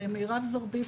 ומירב זרביב,